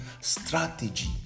strategy